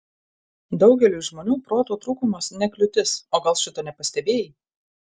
daugeliui žmonių proto trūkumas ne kliūtis o gal šito nepastebėjai